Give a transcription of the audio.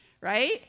Right